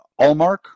Allmark